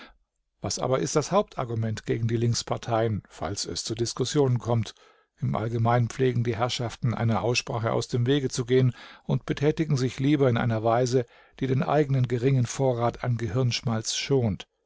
was aber ist das hauptargument gegen die linksparteien falls es zu diskussionen kommt im allgemeinen pflegen die herrschaften einer aussprache aus dem wege zu gehen und betätigen sich lieber in einer weise die den eigenen geringen vorrat an gehirnschmalz schont